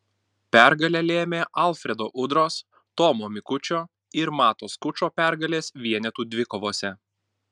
pergalę lėmė alfredo udros tomo mikučio ir mato skučo pergalės vienetų dvikovose